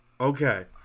Okay